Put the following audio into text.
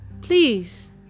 please